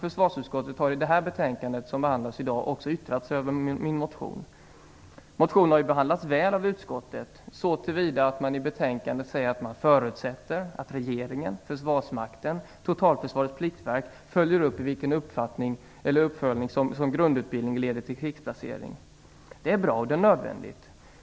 Försvarsutskottet har i sitt betänkande, som behandlats i dag, också yttrat sig över min motion. Motionen har behandlats väl av utskottet så till vida att man i betänkandet säger att man förutsätter att regeringen, försvarsmakten och totalförsvarets pliktverk, följer upp i vilken omfattning som grundutbildningen leder till krigsplacering. Det är bra och nödvändigt.